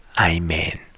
Amen